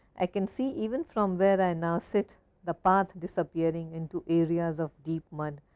i can see even from where i now sit the path disappearing into areas of deep mud,